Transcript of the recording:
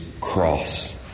cross